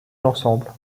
l’ensemble